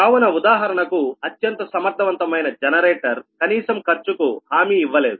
కావున ఉదాహరణకు అత్యంత సమర్థవంతమైన జనరేటర్ కనీసం ఖర్చుకు హామీ ఇవ్వలేదు